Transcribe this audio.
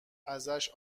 ازش